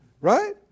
Right